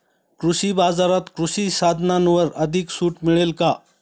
कृषी बाजारात कृषी साधनांवर अधिक सूट मिळेल का?